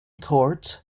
court